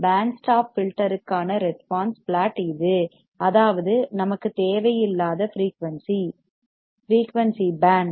pant stop ஃபில்டர்க்கான response flat இது அதாவது நமக்குத் தேவையில்லாத ஃபிரீயூன்சி ஃபிரீயூன்சி பேண்ட்